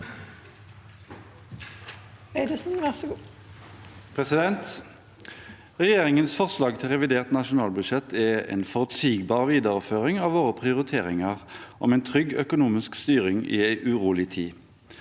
Regjeringens for- slag til revidert nasjonalbudsjett er en forutsigbar videreføring av våre prioriteringer om en trygg økonomisk styring i en urolig tid.